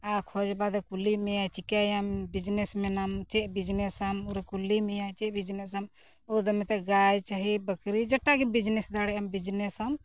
ᱟᱨ ᱠᱷᱚᱡᱽ ᱵᱟᱫᱮ ᱠᱩᱞᱤ ᱢᱮᱭᱟᱭ ᱪᱤᱠᱟᱹᱭᱟᱢ ᱵᱤᱡᱱᱮᱥ ᱢᱮᱱᱟᱢ ᱪᱮᱫ ᱵᱤᱡᱱᱮᱥ ᱟᱢ ᱚᱨᱮ ᱠᱩᱞᱤ ᱢᱮᱭᱟ ᱪᱮᱫ ᱵᱤᱡᱱᱮᱥ ᱟᱢ ᱟᱫᱚᱢ ᱢᱮᱛᱟᱜ ᱜᱟᱭ ᱪᱟᱹᱦᱤ ᱵᱟᱹᱠᱨᱤ ᱡᱮᱴᱟᱜᱮ ᱵᱤᱡᱽᱱᱮᱥ ᱫᱟᱲᱮᱭᱟᱜ ᱟᱢ ᱵᱤᱡᱱᱮᱥ ᱟᱢ